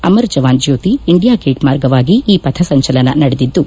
ಅಮರ್ ಜವಾನ್ ಜ್ಲೋಕಿ ಇಂಡಿಯಾಗೇಟ್ ಮಾರ್ಗವಾಗಿ ಈ ಪಥ ಸಂಚಲನ ನಡೆದಿದ್ದು